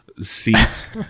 seat